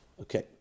Okay